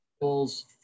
goals